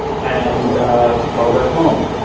and to call their home.